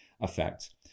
effect